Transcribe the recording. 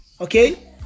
Okay